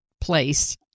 place